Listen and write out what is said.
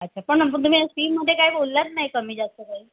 अच्छा पण तुम्ही या फीमध्ये काही बोललाच नाही कमीजास्त काही